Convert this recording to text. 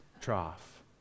trough